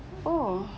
oh